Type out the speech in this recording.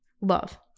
Love